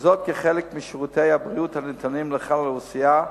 וזאת כחלק משירותי הבריאות הניתנים לכלל האוכלוסייה,